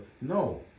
No